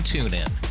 TuneIn